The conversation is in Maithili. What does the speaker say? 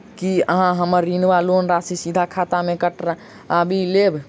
की अहाँ हम्मर ऋण वा लोन राशि सीधा खाता सँ काटि लेबऽ?